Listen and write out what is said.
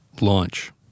Launch